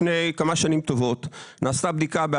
לפני כמה שנים טובות נעשתה בדיקה,